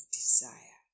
desire